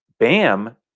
Bam